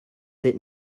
sit